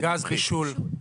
גז בישול.